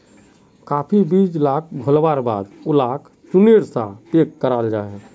काफी बीज लाक घोल्वार बाद उलाक चुर्नेर सा पैक कराल जाहा